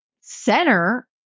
center